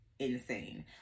Insane